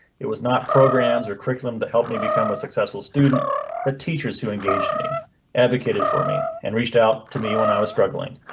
it was not programs or curriculum to help me become a successful student that teachers who engaged me advocated for me and reached out to me when i was struggling.